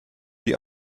die